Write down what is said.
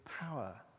power